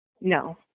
No